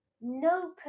no